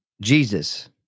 Jesus